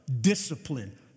discipline